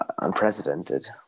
unprecedented